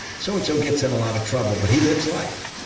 so and so gets in a lot of trouble, but he lives life.